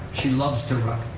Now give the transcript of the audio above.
she loves to run.